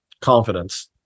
confidence